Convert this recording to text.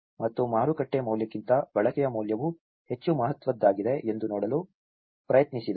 ಮತ್ತು ಮಾರುಕಟ್ಟೆ ಮೌಲ್ಯಕ್ಕಿಂತ ಬಳಕೆಯ ಮೌಲ್ಯವು ಹೆಚ್ಚು ಮಹತ್ವದ್ದಾಗಿದೆ ಎಂದು ನೋಡಲು ಪ್ರಯತ್ನಿಸಿದರು